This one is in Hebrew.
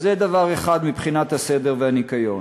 אז זה דבר אחד, מבחינת הסדר והניקיון.